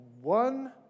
one